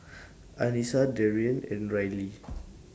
Anissa Darrien and Rylie